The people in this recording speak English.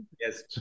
Yes